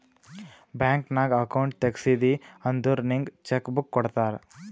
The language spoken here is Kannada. ಬ್ಯಾಂಕ್ ನಾಗ್ ಅಕೌಂಟ್ ತೆಗ್ಸಿದಿ ಅಂದುರ್ ನಿಂಗ್ ಚೆಕ್ ಬುಕ್ ಕೊಡ್ತಾರ್